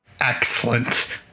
Excellent